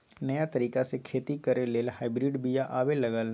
नयाँ तरिका से खेती करे लेल हाइब्रिड बिया आबे लागल